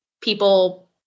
people